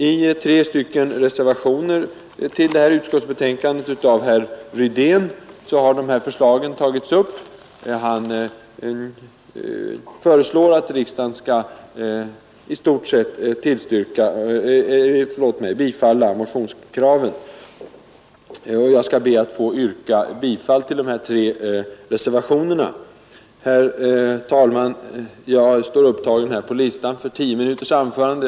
I tre reservationer till utskottsbetänkandet av herr Rydén har motionsförslagen tagits upp. Han föreslår att riksdagen skall i stort sett bifalla motionskraven. Jag skall be att få yrka bifall till nämnda tre reservationer. Herr talman! Jag står här upptagen på talarlistan för ett tio minuters anförande.